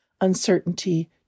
uncertainty